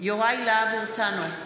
יוראי להב הרצנו,